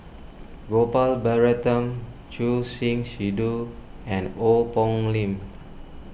Gopal Baratham Choor Singh Sidhu and Ong Poh Lim